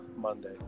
Monday